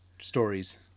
stories